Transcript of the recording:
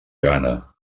gana